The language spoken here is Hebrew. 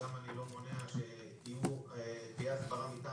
וגם אני לא מונע שאם תהיה הסברה מטעם